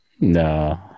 No